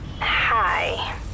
Hi